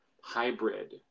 hybrid